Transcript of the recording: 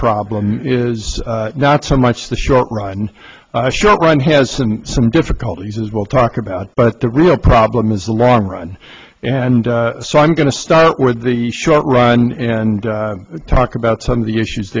problem is not so much the short run short run has some difficulties we'll talk about but the real problem is the long run and so i'm going to start with the short run and talk about some of the issues